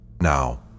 Now